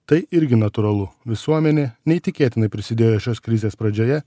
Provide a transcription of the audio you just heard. tai irgi natūralu visuomenė neįtikėtinai prisidėjo šios krizės pradžioje